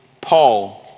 Paul